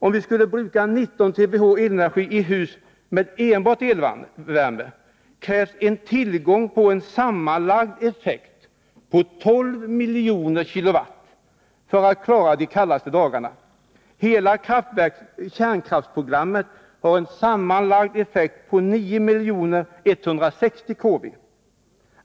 Om vi skulle förbruka 19 TWh elenergi i hus med enbart elvärme, krävs tillgång till en sammanlagd effekt på mer än 12 000 000 kW för att klara de kallaste dagarna. Hela kärnkraftsprogrammet har en sammanlagd effekt på 9 160 000 kW.